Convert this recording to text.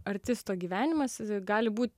artisto gyvenimas gali būt